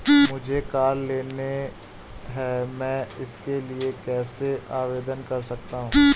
मुझे कार लेनी है मैं इसके लिए कैसे आवेदन कर सकता हूँ?